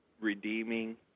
redeeming